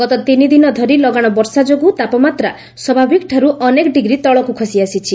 ଗତ ତିନି ଦିନ ଧରି ଲଗାଣ ବର୍ଷା ଯୋଗୁଁ ତାପମାତ୍ରା ସ୍ୱାଭାବିକଠାରୁ ଅନେକ ଡିଗ୍ରୀ ତଳକୁ ଖସିଆସିଛି